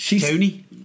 Tony